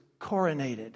coronated